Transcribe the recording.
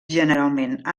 generalment